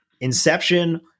inception